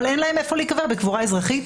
אבל אין להם איפה להיקבר בקבורה אזרחית.